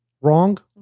wrong